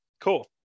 Cool